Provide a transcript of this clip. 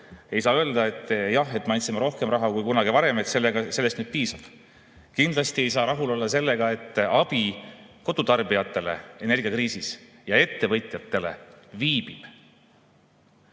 Ei saa öelda, et jah, me andsime rohkem raha kui kunagi varem ja sellest nüüd piisab. Kindlasti ei saa rahul olla sellega, et abi kodutarbijatele energiakriisis ja ettevõtjatele viibib.